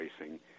racing